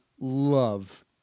love